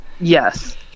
Yes